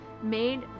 made